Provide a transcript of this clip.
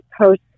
post